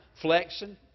flexing